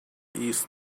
his